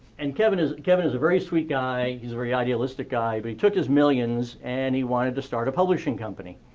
and kevin is kevin is a very sweet guy. he's a very idealistic guy, but he took his millions and he wanted to start a publishing company.